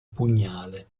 pugnale